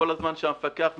כל פעם שהמפקח מגיע,